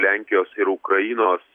lenkijos ir ukrainos